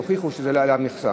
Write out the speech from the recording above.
שיוכיחו שזה על מכסה.